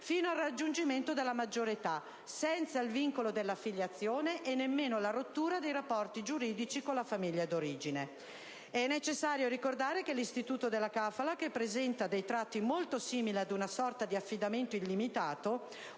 fino al raggiungimento della maggiore età, senza il vincolo della filiazione e nemmeno la rottura dei rapporti giuridici con la famiglia di origine. È necessario ricordare che l'istituto della *kafala*, che presenta dei tratti molto simili ad una sorta di affidamento illimitato